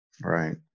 right